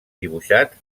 dibuixats